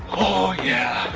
oh yeah,